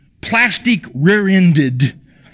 plastic-rear-ended